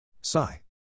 Sigh